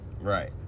right